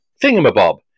thingamabob